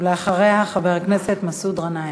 ולאחריה, חבר הכנסת מסעוד גנאים.